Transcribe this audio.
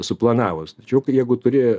suplanavus tačiau jeigu turi